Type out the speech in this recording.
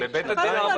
שנתיים.